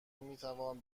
میتوان